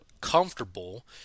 comfortable